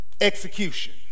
execution